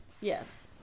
yes